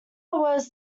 was